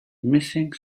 missing